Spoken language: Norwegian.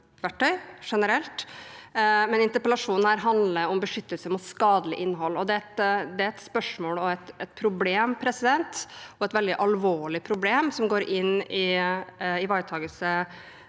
interpellasjonen handler om beskyttelse mot skadelig innhold. Det er et spørsmål og et problem, et veldig alvorlig problem som går på ivaretakelse